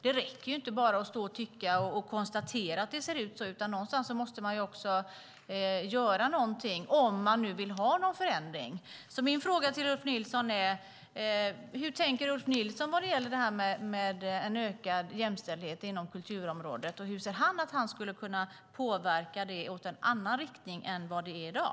Det räcker inte att bara stå och tycka och konstatera hur det ser ut. Någonstans måste man också göra någonting, om man nu vill ha en förändring. Min fråga till Ulf Nilsson är: Hur tänker Ulf Nilsson vad gäller en ökad jämställdhet inom kulturområdet? Hur ser han att han skulle kunna påverka så att det blir en annan riktning än vad det är i dag?